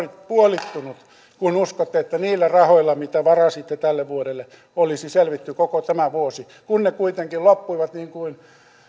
puolittunut kun uskoitte että niillä rahoilla mitä varasitte tälle vuodelle olisi selvitty koko tämä vuosi kun ne kuitenkin loppuivat niin kuin